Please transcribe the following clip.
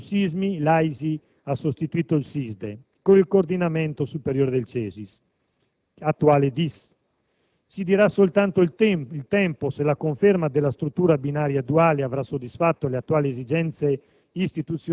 La segnalata continuità rispetto alle scelte del legislatore del 1977 si ricava sostanzialmente dalla opzione, chiara e netta, per un sistema binario, o duale, con la previsione di un coordinamento superiore: